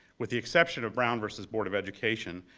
with the exception of brown v. board of education,